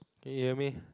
can you hear me